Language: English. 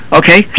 okay